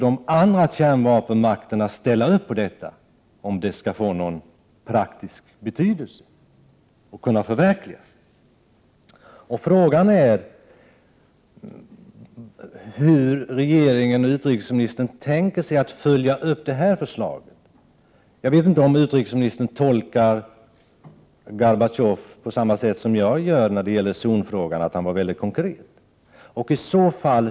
De andra kärnvapenmakterna måste också ställa sig bakom förslagen om dessa skall få praktisk betydelse och om de skall kunna förverkligas. Frågan är hur regeringen och utrikesministern tänker följa upp detta förslag. Jag vet inte om utrikesministern tolkar Gorbatjov på samma sätt som jag, att han var väldigt konkret.